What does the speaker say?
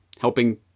helping